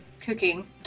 cooking